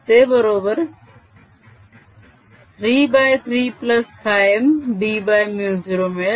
ते बरोबर 33χm b μ0 मिळेल